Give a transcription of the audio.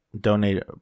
donate